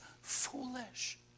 foolish